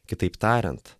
kitaip tariant